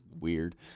weird